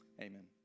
Amen